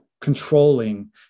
controlling